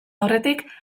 aurretik